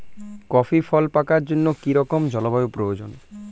Coffee ফল পাকার জন্য কী রকম জলবায়ু প্রয়োজন?